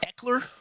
Eckler